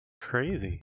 Crazy